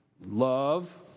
love